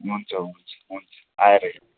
हुन्छ हुन्छ हुन्छ आएर हेर्नु